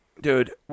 Dude